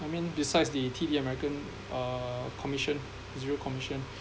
I mean besides the T_D american uh commission zero commission